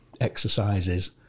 exercises